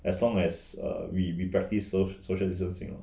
as long as err we we practice social distancing lor